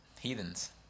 Heathens